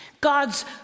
God's